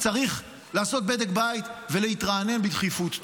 -- צריך לעשות בדק בית ולהתרענן בדחיפות.